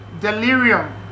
delirium